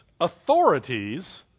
authorities